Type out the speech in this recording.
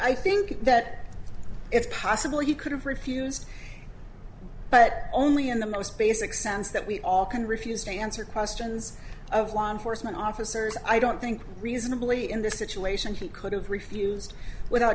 i think that it's possible you could have refused but only in the most basic sense that we all can refuse to answer questions of law enforcement officers i don't think reasonably in this situation he could have refused without